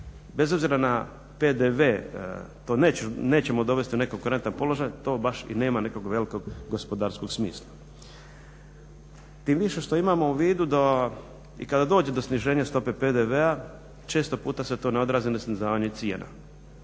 bez obzira na PDV to nećemo dovesti u nekonkurentan položaj, to baš i nema nekog velikog gospodarskog smisla. Tim više što imamo u vidu da i kada dođe do sniženja stope PDV-a često puta se to ne odrazi na snižavanje cijena,